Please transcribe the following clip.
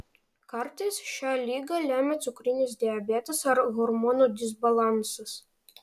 kartais šią ligą lemia cukrinis diabetas ar hormonų disbalansas